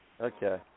Okay